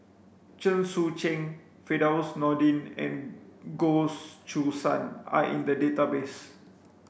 Chen Sucheng Firdaus Nordin and Goh Choo San are in the database